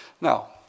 Now